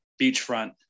beachfront